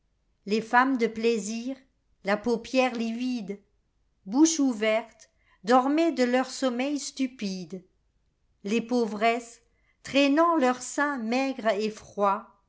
les femmes de plaisir la paupière livide bouche ouverte dormaient de leur sommeil stupide les pauvresses traînant leurs seins maigres et froids